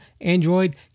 Android